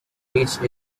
reached